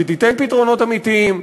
שתיתן פתרונות אמיתיים,